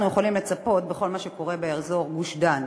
יכולים לצפות בכל מה שקורה באזור גוש-דן.